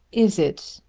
is it,